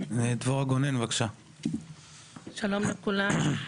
שלום לכולם,